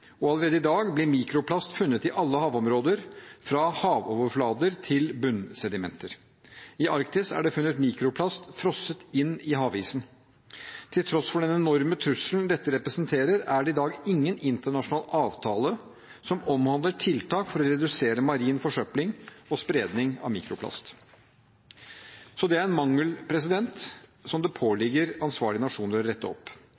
Allerede i dag blir mikroplast funnet i alle havområder, fra havoverflater til bunnsedimenter. I Arktis er det funnet mikroplast frosset inn i havisen. Til tross for den enorme trusselen dette representerer, er det i dag ingen internasjonal avtale som omhandler tiltak for å redusere marin forsøpling og spredning av mikroplast. Dette er en mangel som det påligger ansvarlige nasjoner å rette opp.